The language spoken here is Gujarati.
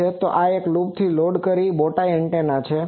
તો આ એક લૂપથી લોડ કરેક બોટાઈ એન્ટેના છે